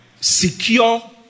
Secure